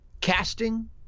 casting